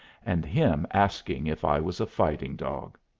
and him asking if i was a fighting dog!